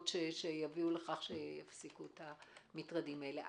שיביאו לכך שיפסיקו את המטרדים האלה.